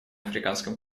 африканском